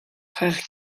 frères